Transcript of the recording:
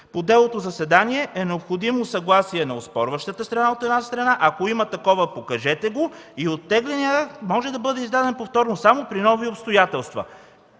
по делото заседание е необходимо съгласие на оспорващата страна, от една страна, ако има такова – покажете го, и оттегленият може да бъде издаден повторно само при нови обстоятелства.